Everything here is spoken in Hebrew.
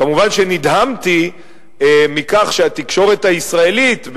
כמובן, נדהמתי מכך שהתקשורת הישראלית,